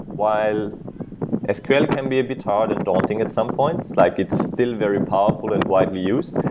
while sql can be a bit hard and daunting at some points, like it's still very powerful and widely used.